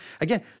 Again